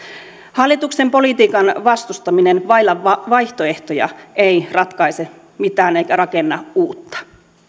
hallituksen politiikan vastustaminen vailla vaihtoehtoja ei ratkaise mitään eikä rakenna uutta